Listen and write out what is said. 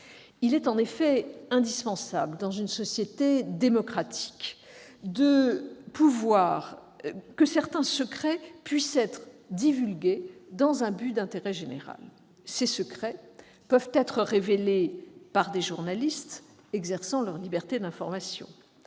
Il est en effet indispensable, dans une société démocratique, que certains secrets puissent être divulgués, dans un but d'intérêt général. Ces secrets peuvent être révélés par des journalistes exerçant leur liberté d'information.